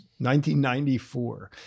1994